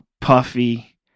Puffy